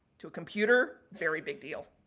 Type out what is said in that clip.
to a computer, very big deal.